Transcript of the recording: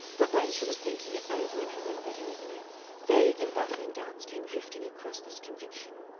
but when she was thinking it over in her room that evening vague and baffling doubts came drifting across this conviction.